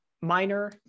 minor